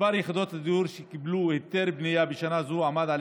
מספר יחידות הדיור שקיבלו היתר בנייה בשנה זו עמד על